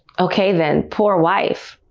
ok then, poor wife!